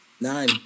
Nine